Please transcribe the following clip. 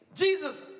Jesus